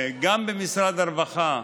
גם במשרד הרווחה,